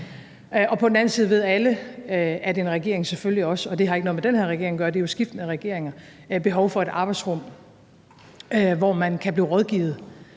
Og på den anden side ved alle, at en regering selvfølgelig også – og det har ikke noget med den her regering at gøre, det gælder jo for skiftende regeringer – har behov for et arbejdsrum, hvor man kan blive rådgivet,